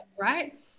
right